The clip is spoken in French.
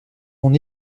mon